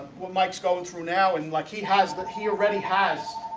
what mike's going through now and like he has that he already has?